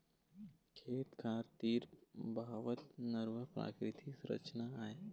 खेत खार तीर बहावत नरूवा प्राकृतिक संरचना आय